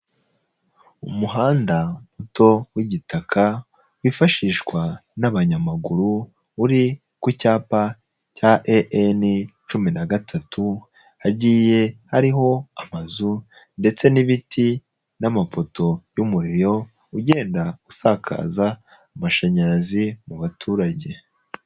umuhanda muto w'igitaka wifashishwa n'abanyamaguru, uri ku cyapa cya EN cumi na gatatu, hagiye hariho amazu ndetse n'ibiti n'amapoto y'umuriro ugenda usakaza amashanyarazi mu baturage.